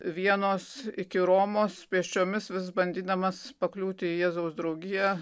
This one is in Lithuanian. vienos iki romos pėsčiomis vis bandydamas pakliūti į jėzaus draugiją